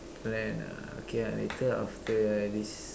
then uh okay ah later after this